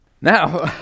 Now